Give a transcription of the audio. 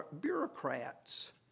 bureaucrats